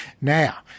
Now